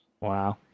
Wow